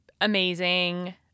amazing